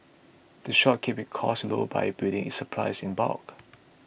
the shop keeps its costs low by buying its supplies in bulk